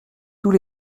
tous